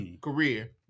Career